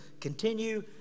continue